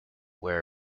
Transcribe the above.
were